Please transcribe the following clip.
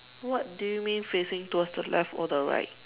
what do you mean facing towards the left or the right